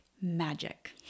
magic